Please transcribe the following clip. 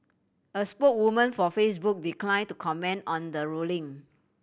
a spoke woman for Facebook decline to comment on the ruling